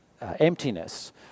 emptiness